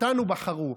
אותנו בחרו.